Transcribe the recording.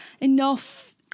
enough